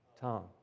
Tom